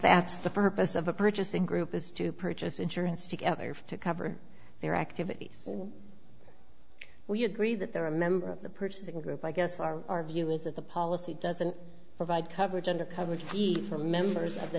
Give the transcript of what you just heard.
that's the purpose of a purchasing group is to purchase insurance together to cover their activities well you agree that there are a member of the purchasing group i guess our our view is that the policy doesn't provide coverage under coverage for members of the